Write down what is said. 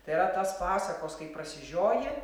tai yra tas pasakos kaip prasižioji